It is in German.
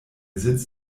sitz